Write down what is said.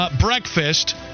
breakfast